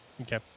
okay